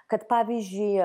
kad pavyzdžiui